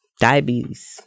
diabetes